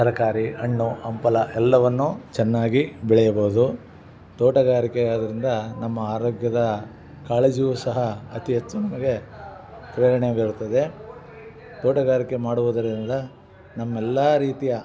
ತರಕಾರಿ ಹಣ್ಣು ಹಂಪಲ ಎಲ್ಲವನ್ನು ಚೆನ್ನಾಗಿ ಬೆಳೆಯಬೋದು ತೋಟಗಾರಿಕೆ ಆದರಿಂದ ನಮ್ಮ ಆರೋಗ್ಯದ ಕಾಳಜಿಯು ಸಹ ಅತಿ ಹೆಚ್ಚು ನಮಗೆ ಪ್ರೇರಣೆ ಬೀರುತ್ತದೆ ತೋಟಗಾರಿಕೆ ಮಾಡುವುದರಿಂದ ನಮ್ಮೆಲ್ಲಾ ರೀತಿಯ